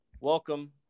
Welcome